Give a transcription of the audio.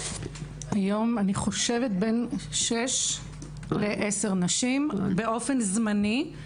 בין שש לעשר נשים באופן זמני.